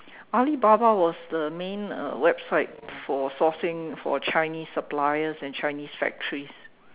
Alibaba was the main uh website for sourcing for Chinese suppliers and Chinese factories